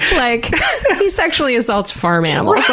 like he sexually assaults farm animals.